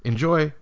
Enjoy